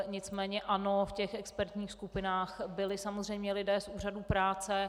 Nicméně ano, v těch expertních skupinách byli samozřejmě lidé z úřadu práce.